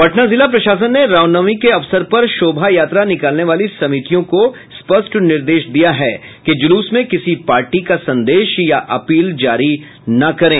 पटना जिला प्रशासन ने रामनवमी के अवसर पर शोभा यात्रा निकालने वाली समितियों को स्पष्ट निर्देश दिया है कि जुलूस में किसी पार्टी का संदेश या अपील जारी ने करें